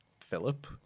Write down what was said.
Philip